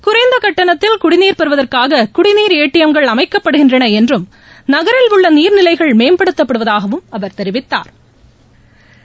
குறைந்த கட்டணத்தில் குடிநீர் பெறுவதற்காக குடிநீர் ஏ டி எம் கள் அமைக்கப்படுகின்றன என்றும் நகரில் உள்ள நீர்நிலைகள் மேம்படுத்தப்படுவதாகவும் தெரிவித்தாா்